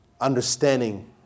understanding